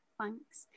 Thanks